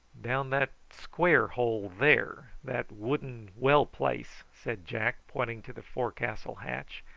down that square hole there, that wooden well-place, said jack, pointing to the forecastle hatch.